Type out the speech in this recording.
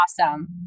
awesome